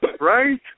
right